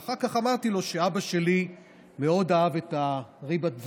ואחר כך אמרתי לו שאבא שלי מאוד אהב את ריבת הוורדים,